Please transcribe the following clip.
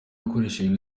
akoreshejwe